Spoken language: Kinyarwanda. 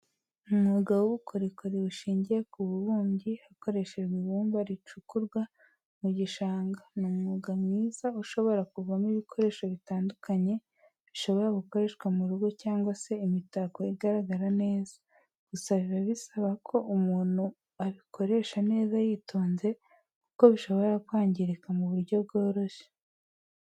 Umwuga w'ubukorikori bushingiye ku bubumbyi hakoreshejwe ibumba ricukurwa mu gishanga, ni umwuga mwiza ushobora kuvamo ibikoresho bitandukanye bishobora gukoreshwa mu rugo cyangwa se imitako igaragara neza, gusa biba bisaba ko umuntu abikoresha neza yitonze kuko bishobora kwangirika mu buryo bworoshye.